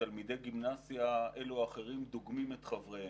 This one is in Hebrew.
תלמידי גימנסיה אלו או אחרים דוגמים את חבריהם.